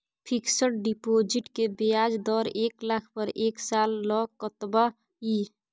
Fixed deposit के ब्याज दर एक लाख पर एक साल ल कतबा इ?